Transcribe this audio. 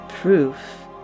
Proof